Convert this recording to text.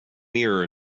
mirror